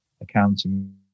accounting